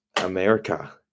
America